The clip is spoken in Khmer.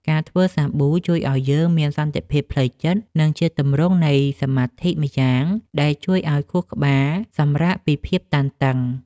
ការធ្វើសាប៊ូជួយឱ្យយើងមានសន្តិភាពផ្លូវចិត្ត និងជាទម្រង់នៃសមាធិម្យ៉ាង ដែលជួយឱ្យខួរក្បាលសម្រាកពីភាពតានតឹង។